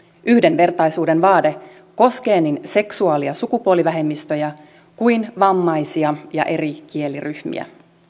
yhdenvertaisuuden vaade koskee niin seksuaali ja sukupuolivähemmistöjä kuin vammaisia ja eri kieliryhmiä